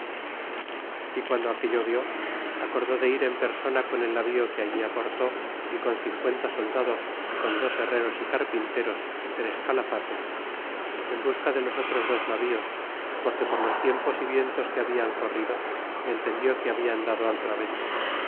y guando aquello vis acordó de ir en persona con el navío que allí aporté y con cincuenta soldados y con dos herreros y carpinteros y tres calafates en busca de los otros dos navíos porque por los tiempos y vientos que hablan corrido entendió que habian dado al traves